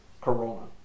Corona